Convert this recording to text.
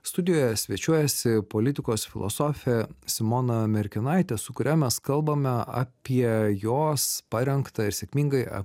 studijoje svečiuojasi politikos filosofė simona merkinaitė su kuria mes kalbame apie jos parengtą ir sėkmingai